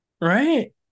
Right